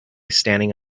standing